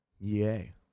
yay